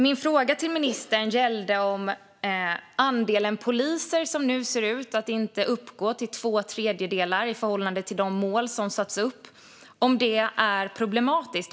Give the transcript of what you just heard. Min fråga till ministern gällde andelen poliser, som nu ser ut att inte uppgå till två tredjedelar i enlighet med de mål som satts upp. Är detta problematiskt?